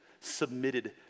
submitted